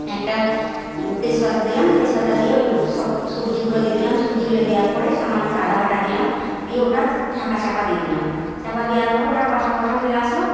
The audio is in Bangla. একটা তেজপাতা দিলাম তেজপাতা দিয়ে ওই সব সবজিগুলো দি দিলাম সবজিগুলো দেওয়ার পরে সামান্য একটু আদা বাটা দিলাম দিয়ে ওটা ঢাকা চাপা দিয়ে দিলাম চাপা দেওয়ার পরে ওটা কষা কষা হয়ে আসল